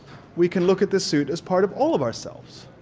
we can look at the suit as part of all of ourselves